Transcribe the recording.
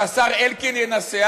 שהשר אלקין ינסח,